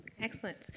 Excellent